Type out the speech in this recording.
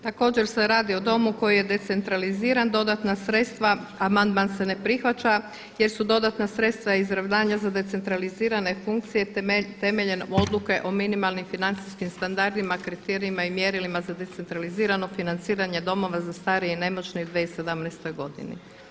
Također se radi o domu koji je decentraliziran, dodatna sredstva, amandman se ne prihvaća jer su dodatna sredstva izravnanja za decentralizirane funkcije temeljem odluke o minimalnim financijskim standardima, kriterijima i mjerilima za decentralizirano financiranje domova za starije i nemoćne i u 2017. godini.